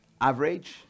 average